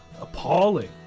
appalling